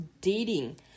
dating